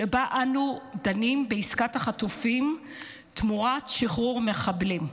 שבה אנו דנים בעסקת חטופים תמורת שחרור מחבלים.